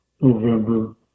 November